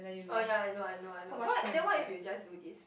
oh yea I know I know I know what then what if you just do this